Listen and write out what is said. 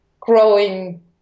growing